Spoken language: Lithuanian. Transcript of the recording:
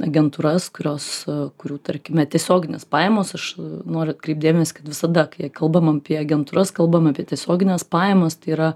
agentūras kurios kurių tarkime tiesioginės pajamos aš noriu atkreipt dėmesį kaip visada kai kalbam apie agentūras kalbam apie tiesiogines pajamas tai yra